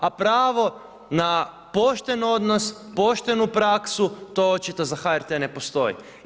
A pravo na pošten odnos, poštenu praksu to očito za HRT ne postoji.